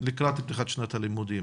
לקראת פתיחת שנת הלימודים